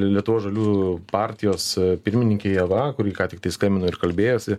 lietuvos žaliųjų partijos pirmininkė ieva kuri ką tik tai skambino ir kalbėjosi